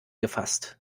gefasst